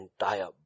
entire